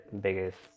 biggest